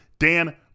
Dan